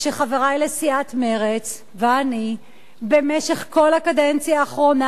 שחברי לסיעת מרצ ואני במשך כל הקדנציה האחרונה